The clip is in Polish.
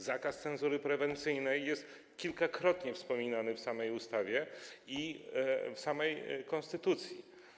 Zakaz cenzury prewencyjnej jest kilkakrotnie wspominany w samej ustawie i w samej konstytucji.